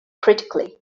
critically